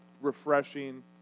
refreshing